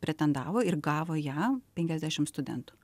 pretendavo ir gavo ją penkiasdešim studentų